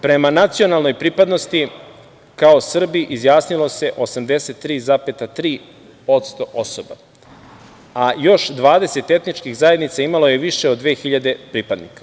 Prema nacionalnoj pripadnosti, kao Srbi, izjasnilo se 83,3% osoba, a još 20 etničkih zajednica imalo je više od 2.000 pripadnika.